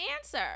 answer